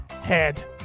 head